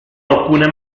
alcune